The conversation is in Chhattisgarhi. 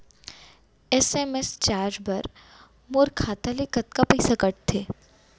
एस.एम.एस चार्ज बर मोर खाता ले कतका पइसा कटथे?